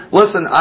listen